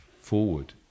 forward